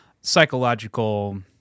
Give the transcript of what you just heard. psychological